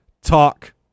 Talk